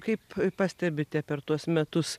kaip pastebite per tuos metus